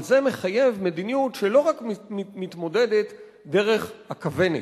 אבל זה מחייב מדיניות שלא רק מתמודדת דרך הכוונת,